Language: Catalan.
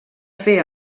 fer